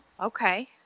Okay